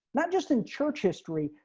not just in church history,